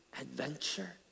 adventure